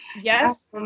yes